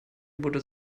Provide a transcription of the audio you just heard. wurde